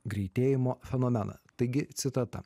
greitėjimo fenomeną taigi citata